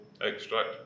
extract